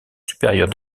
supérieur